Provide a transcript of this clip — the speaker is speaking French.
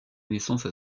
naissance